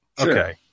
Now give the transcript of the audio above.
Okay